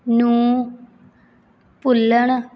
ਨੂੰ ਭੁੱਲਣ